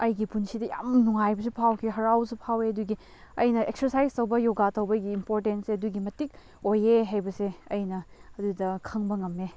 ꯑꯩꯒꯤ ꯄꯨꯟꯁꯤꯗ ꯌꯥꯝ ꯅꯨꯡꯉꯥꯏꯕꯁꯨ ꯐꯥꯎꯈꯤ ꯍꯔꯥꯎꯕꯁꯨ ꯐꯥꯎꯋꯦ ꯑꯗꯨꯒꯤ ꯑꯩꯅ ꯑꯦꯛꯁꯔꯁꯥꯏꯁ ꯇꯧꯕ ꯌꯣꯒꯥ ꯇꯧꯕꯒꯤ ꯏꯝꯄꯣꯔꯇꯦꯟꯁꯦ ꯑꯗꯨꯛꯀꯤ ꯃꯇꯤꯛ ꯑꯣꯏꯌꯦ ꯍꯥꯏꯕꯁꯦ ꯑꯩꯅ ꯑꯗꯨꯗ ꯈꯪꯕ ꯉꯝꯃꯦ